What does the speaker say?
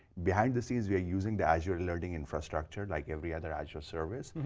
behind the scenes, we are using the azure learning infrastructure like every other azure service,